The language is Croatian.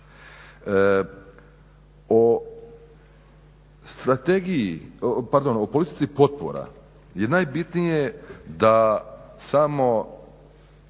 O politici potpora je najbitnije da samo